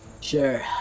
Sure